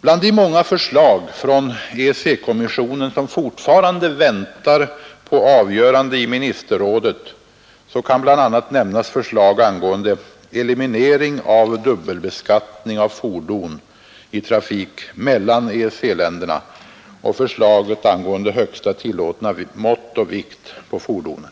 Bland de många förslag från EEC-kommissionen som fortfarande väntar på avgörande i ministerrådet kan bl.a. nämnas förslag angående eliminering av dubbelbeskattning av fordon i trafik mellan EEC-länderna och förslag angående högsta tillåtna mått och vikt för fordon.